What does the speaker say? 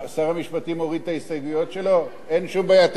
נושא ההסתייגויות לא מובא להצבעה.